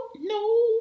no